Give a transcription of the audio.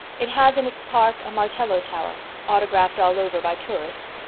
it has in its park a martello tower, autographed all over by tourists,